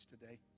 today